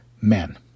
men